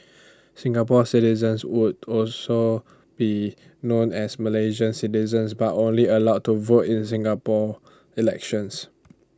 Singapore citizens would also be known as Malaysian citizens but only allowed to vote in Singapore elections